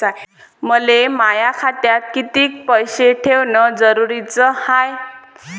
मले माया खात्यात कितीक पैसे ठेवण जरुरीच हाय?